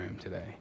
today